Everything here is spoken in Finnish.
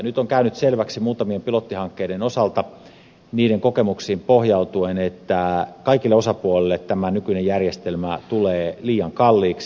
nyt on käynyt selväksi muutamien pilottihankkeiden osalta niiden kokemuksiin pohjautuen että kaikille osapuolille tämä nykyinen järjestelmä tulee liian kalliiksi